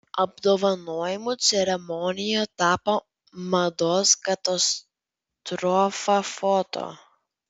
apdovanojimų ceremonija tapo mados katastrofa foto